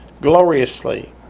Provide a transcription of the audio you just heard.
gloriously